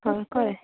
हय कळ्ळें